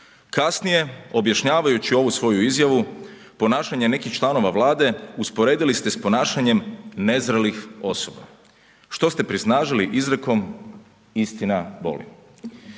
Kasnije, objašnjavajući ovu svoju izjavu ponašanje nekih članove Vlade, usporedili ste s ponašanjem nezrelih osoba što ste prisnažili izrekom „istina boli.“